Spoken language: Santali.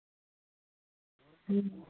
ᱦᱩᱸ